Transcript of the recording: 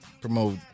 Promote